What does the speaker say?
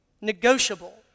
negotiable